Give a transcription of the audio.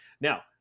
Now